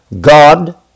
God